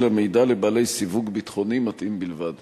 למידע לבעלי סיווג ביטחוני מתאים בלבד?